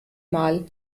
mal